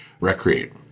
recreate